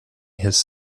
his